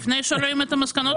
לפני שרואים את המסקנות,